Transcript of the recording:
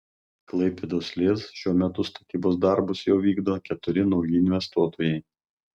klaipėdos lez šiuo metu statybos darbus jau vykdo keturi nauji investuotojai